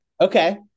Okay